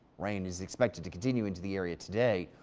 rain is expected to continue into the area today.